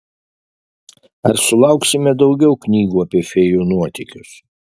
ar sulauksime daugiau knygų apie fėjų nuotykius